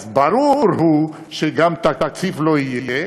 ברור שגם תקציב לא יהיה,